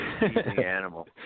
animal